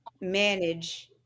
manage